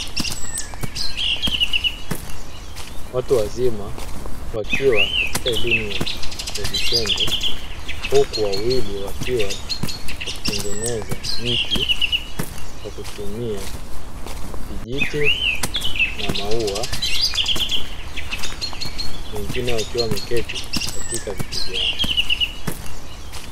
Watu wazima wakiwa katika elimu ya vitendo huku wawili wakiwa wakitengeneza mti kwa kutumia kijiti na maua wengine wakiwa wameketi katika viti vyao.